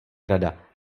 rada